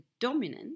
dominant